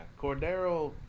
Cordero